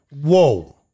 Whoa